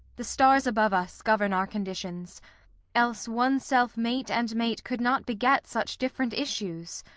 the stars above us, govern our conditions else one self mate and mate could not beget such different issues.